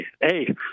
Hey